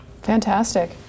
Fantastic